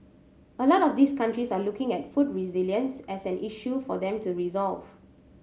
a lot of these countries are looking at food resilience as an issue for them to resolve